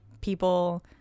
people